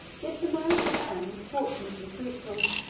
yet the marriage of anne was fortunate and fruitful